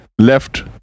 left